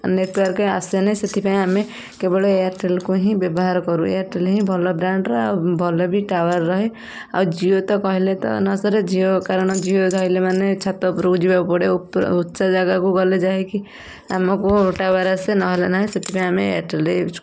network ଆସେନି ସେଥିପାଇଁ ଆମେ କେବଳ ଏୟାରଟେଲ୍ କୁ ହିଁ ବ୍ୟବହାର କରୁ ଏୟାରଟେଲ୍ ହିଁ ଭଲ ବ୍ରାଣ୍ଡର ଆଉ ଭଲ ବି ଟାୱାର ରହେ ଆଉ ଜିଓ ତ କହିଲେ ତ ନ ସରେ ଜିଓ କାରଣ ଜିଓ ଧଇଲା ମାନେ ଛାତ ଉପରକୁ ଯିବାକୁ ପଡ଼େ ଉ ଉଚ୍ଚା ଜାଗାକୁ ଗଲେ ଯାଇକି ଆମକୁ ଟାୱାର ଆସେ ନହେଲେ ନାହିଁ ସେଥିପାଇଁ ଆମେ ଏୟାରଟେଲ୍ ୟୁଜ୍ କରୁ